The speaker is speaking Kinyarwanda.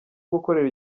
gukorera